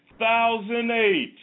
2008